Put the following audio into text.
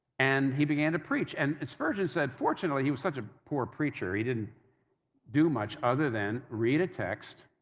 and he began to preach. and spurgeon said. fortunately, he was such a poor preacher, he didn't do much other than read a text,